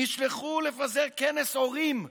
נשלחו לפזר כנס הורים בעיסאוויה,